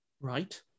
Right